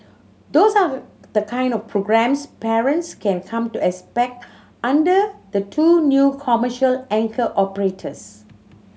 those are the kind of programmes parents can come to expect under the two new commercial anchor operators